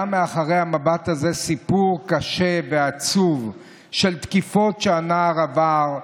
היה מאחורי המבט הזה סיפור קשה ועצוב של תקיפות שהנער עבר,